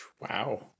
Wow